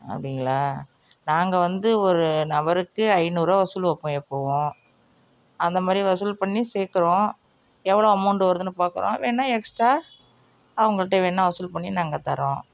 அப்படீங்களா நாங்கள் வந்து ஒரு நபருக்கு ஐநூரூபா வசூல் வைப்போம் எப்போதும் அந்தமாதிரி வசூல் பண்ணி சேர்குறோம் எவ்வளோ அமோண்டு வருதுன்னு பார்க்குறோம் வேணா எக்ஸ்ட்ரா அவங்கள்ட்ட வேண்ணா வசூல் பண்ணி நாங்கள் தரோம்